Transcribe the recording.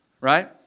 right